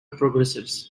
progressives